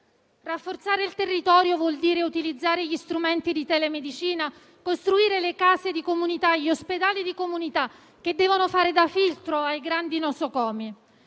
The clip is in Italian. Rafforzare il territorio vuol dire utilizzare gli strumenti di telemedicina, costruire le case e gli ospedali di comunità che devono fare da filtro ai grandi nosocomi.